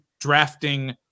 drafting